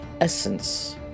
essence